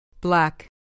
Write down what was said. Black